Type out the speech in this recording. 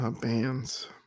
bands